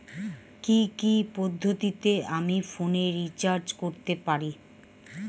কি কি পদ্ধতিতে আমি ফোনে রিচার্জ করতে পারি?